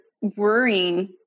worrying